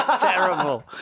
terrible